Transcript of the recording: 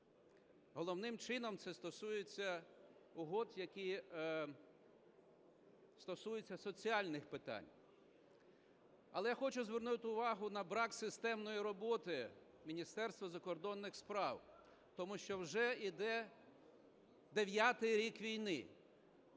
Головним чином це стосується угод, які стосуються соціальних питань. Але я хочу звернути увагу на брак системної роботи Міністерства закордонних справ, тому що вже йде дев'ятий рік війни,